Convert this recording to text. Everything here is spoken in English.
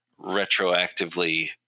retroactively